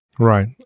Right